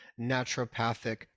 naturopathic